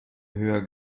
höher